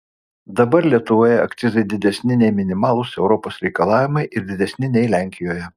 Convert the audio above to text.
dabar lietuvoje akcizai didesni nei minimalūs europos reikalavimai ir didesni nei lenkijoje